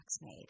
made